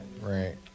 right